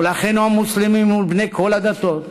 ולאחינו המוסלמים ובני כל הדתות,